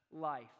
life